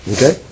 Okay